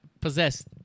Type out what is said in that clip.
possessed